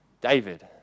David